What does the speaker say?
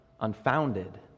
unfounded